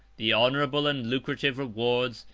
the honorable and lucrative rewards,